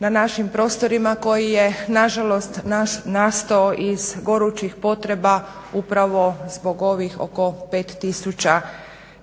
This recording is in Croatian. na našim prostorima koji je na žalost nastao iz gorućih potreba upravo zbog ovih oko 5000